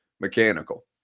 Mechanical